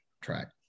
track